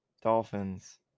Dolphins